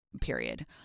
period